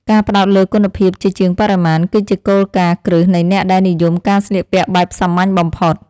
ការផ្តោតលើគុណភាពជាជាងបរិមាណ គឺជាគោលការណ៍គ្រឹះនៃអ្នកដែលនិយមការស្លៀកពាក់បែបសាមញ្ញបំផុត។